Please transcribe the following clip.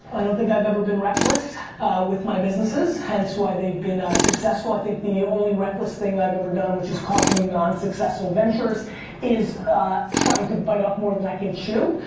i don't think i've ever been reckless with my businesses, hence why they've been successful. i think the only reckless thing i've ever done which has caused me non-successful ventures is trying to bite off more than i can chew.